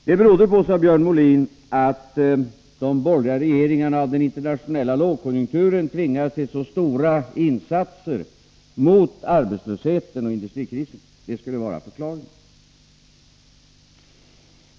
Det berodde på, sade Björn Molin, att de borgerliga regeringarna av den internationella lågkonjunkturen hade tvingats till så stora insatser mot arbetslösheten och industrikrisen. Detta skulle alltså vara förklaringen.